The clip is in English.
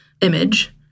image